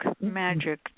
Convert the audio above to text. magic